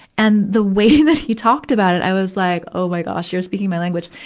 and the way that he talked about it, i was like oh my gosh, you're speaking my language.